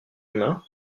humain